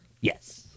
yes